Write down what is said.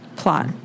plot